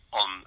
on